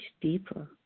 deeper